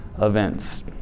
events